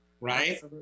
right